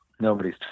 Nobody's